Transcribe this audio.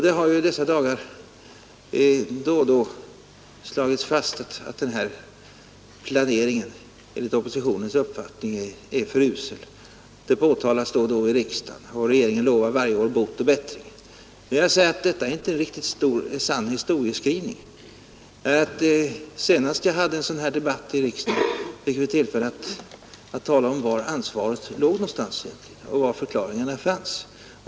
Det har i dessa dagar då och då slagits fast att planeringen enligt oppositionens uppfattning är för usel. Det påtalas ibland i riksdagen, och regeringen lovar varje år bot och bättring. Men jag vill säga att detta är inte en riktigt sann historieskrivning. När vi senast hade en sådan här debatt i riksdagen, fick vi tillfälle att tala om var ansvaret låg och var förklaringarna fanns.